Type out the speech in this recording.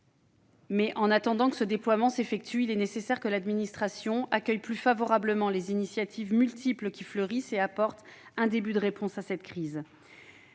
En attendant que ce déploiement s'effectue, il est nécessaire que l'administration accueille plus favorablement les initiatives multiples qui fleurissent et apporte un début de réponse à la crise.